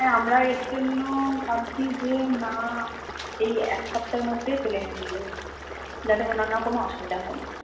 হ্যাঁ আমরা এর জন্য ভাবছি যে না এই এক সপ্তাহের মধ্যে প্লেনে নিয়ে যাব যাতে ওঁর না কোনো অসুবিধা হয়